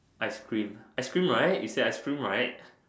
ice cream ice cream right you said ice cream right